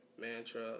Mantra